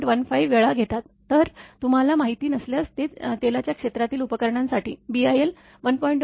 15 वेळा घेतात जर तुम्हाला माहिती नसल्यास ते तेलाच्या क्षेत्रातील उपकरणासाठी BIL 1